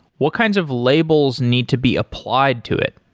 what kinds of labels need to be applied to it?